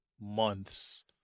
months